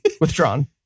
Withdrawn